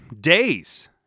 days